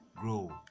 grow